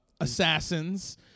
assassins